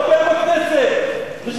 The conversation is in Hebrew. מחבל בכנסת.